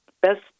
best